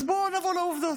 אז בואו נעבור לעובדות: